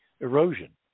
erosion